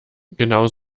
genau